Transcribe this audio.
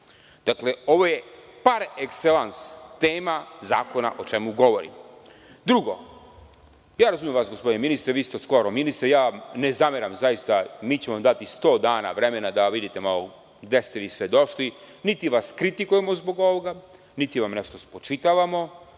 Dakle, ovo je par ekselans tema zakona o čemu govorim. Drugo, razumem vas, gospodine ministre, vi ste od skora ministar i zaista ne zameram, mi ćemo vam dati sto dana vremena da vidite malo gde ste vi sve došli. Niti vas kritikujemo zbog ovoga, niti vam nešto spočitavamo.